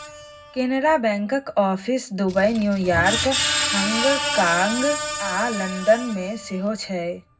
कैनरा बैंकक office Dubai, New York, हाँगकाँग आ लंदन मे सेहो छै